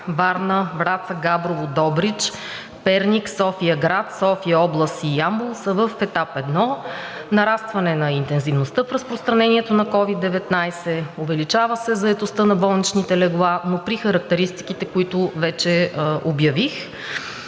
Варна, Враца, Габрово, Добрич, Перник, София-град, София-област и Ямбол са в етап 1 – нарастване на интензивността в разпространението на COVID-19, увеличава се заетостта на болничните легла, но при характеристиките, които вече обявих.